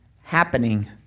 happening